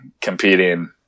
competing